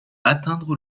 atteindre